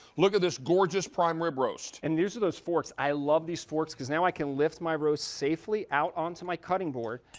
look at this gorgeous prime rib roast. and these are those forks. i love these forks, now i can lift my roast safely out on to my cutting board.